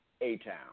A-Town